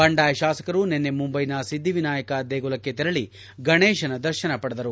ಬಂಡಾಯ ಶಾಸಕರು ನಿನ್ನೆ ಮುಂಬೈನ ಸಿದ್ದಿ ವಿನಾಯಕ ದೇಗುಲಕ್ಕೆ ತೆರಳಿ ಗಣೇಶನ ದರ್ಶನ ಪಡೆದರು